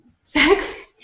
Sex